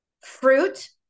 fruit